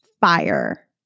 fire